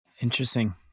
Interesting